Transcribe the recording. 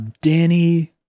Danny